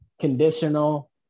conditional